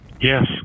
Yes